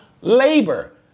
labor